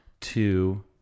two